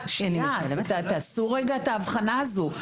תעשו את ההבחנה הזאת.